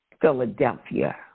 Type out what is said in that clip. Philadelphia